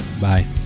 Bye